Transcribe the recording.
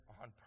on